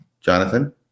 Jonathan